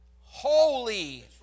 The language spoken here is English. holy